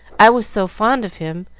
i was so fond of him,